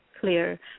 clear